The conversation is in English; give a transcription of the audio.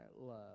love